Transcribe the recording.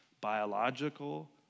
biological